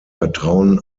vertrauen